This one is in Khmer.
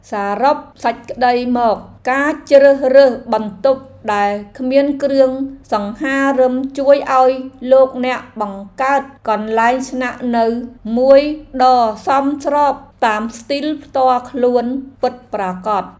សរុបសេចក្ដីមក ការជ្រើសរើសបន្ទប់ដែលគ្មានគ្រឿងសង្ហារិមជួយឱ្យលោកអ្នកបង្កើតកន្លែងស្នាក់នៅមួយដ៏សមស្របតាមស្ទីលផ្ទាល់ខ្លួនពិតប្រាកដ។